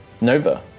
Nova